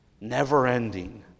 never-ending